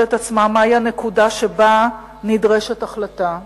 את עצמה מהי הנקודה שבה נדרשת החלטה,